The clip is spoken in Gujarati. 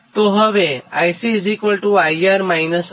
તો હવે IC IR I થાય